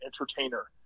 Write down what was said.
entertainer